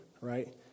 right